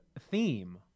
theme